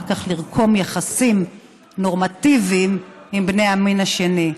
כך לרקום יחסים נורמטיביים עם בני המין השני.